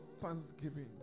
thanksgiving